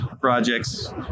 projects